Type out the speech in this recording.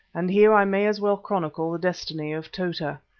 and here i may as well chronicle the destiny of tota.